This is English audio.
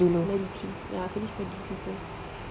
my degree ya I finish my degree first